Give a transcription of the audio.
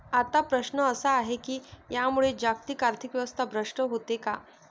आता प्रश्न असा आहे की यामुळे जागतिक आर्थिक व्यवस्था भ्रष्ट होते का?